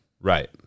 Right